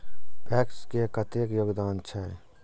PACS के कतेक योगदान छै?